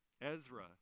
Ezra